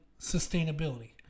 sustainability